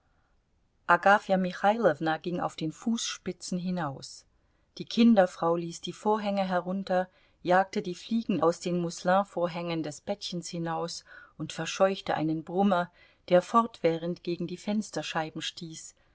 michailowna ging auf den fußspitzen hinaus die kinderfrau ließ die vorhänge herunter jagte die fliegen aus den musselinvorhängen des bettchens hinaus und verscheuchte einen brummer der fortwährend gegen die fensterscheiben stieß